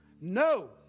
No